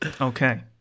Okay